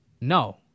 no